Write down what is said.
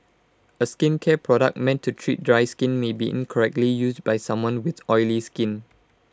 A skincare product meant to treat dry skin may be incorrectly used by someone with oily skin